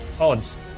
Odds